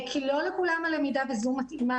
כמו שאתם יודעים לא לכולם הלמידה בזום מתאימה.